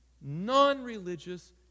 non-religious